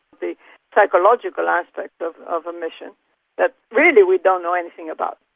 the psychological aspect of of a mission that really we don't know anything about,